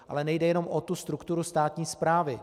Ale nejde jenom o tu strukturu státní správy.